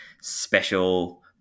special